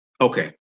Okay